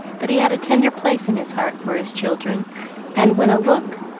but he had a tender place in his heart for his children and when a look,